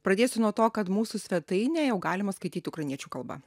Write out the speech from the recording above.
pradėsiu nuo to kad mūsų svetainę jau galima skaityti ukrainiečių kalba